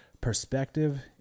Perspective